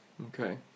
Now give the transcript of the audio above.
okay